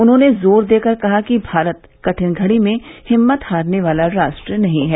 उन्होंने जोर देकर कहा कि भारत कठिन घड़ी में हिम्मत हारने वाला राष्ट्र नहीं है